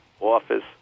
Office